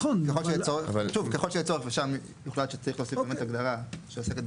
ככל ששם יוחלט שצריך להוסיף הגדרה שעוסקת